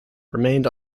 remained